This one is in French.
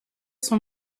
son